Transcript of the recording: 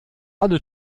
alle